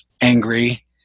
angry